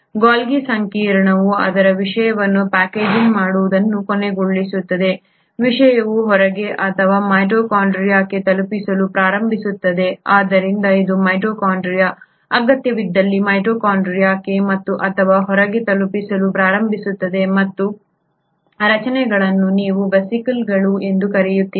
Golgi ಸಂಕೀರ್ಣವು ಅದರ ವಿಷಯವನ್ನು ಪ್ಯಾಕೇಜಿಂಗ್ ಮಾಡುವುದನ್ನು ಕೊನೆಗೊಳಿಸುತ್ತದೆ ವಿಷಯವು ಹೊರಗೆ ಅಥವಾ ಮೈಟೊಕಾಂಡ್ರಿಯಾಕ್ಕೆ ತಲುಪಿಸಲು ಪ್ರಾರಂಭಿಸುತ್ತದೆ ಆದ್ದರಿಂದ ಇದು ಮೈಟೊಕಾಂಡ್ರಿಯಾ ಅಗತ್ಯವಿದ್ದಲ್ಲಿ ಮೈಟೊಕಾಂಡ್ರಿಯಾಕ್ಕೆ ಮತ್ತು ಅಥವಾ ಹೊರಗೆ ತಲುಪಿಸಲು ಪ್ರಾರಂಭಿಸುತ್ತದೆ ಮತ್ತು ಈ ರಚನೆಗಳನ್ನು ನೀವು ವೇಸಿಕಲ್ಗಳು ಎಂದು ಕರೆಯುತ್ತೀರಿ